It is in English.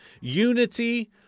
unity